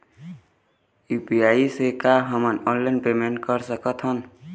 UPI से का हमन ऑनलाइन पेमेंट कर सकत हन?